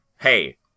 Hey